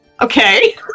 Okay